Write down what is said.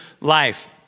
life